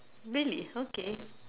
really okay